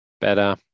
better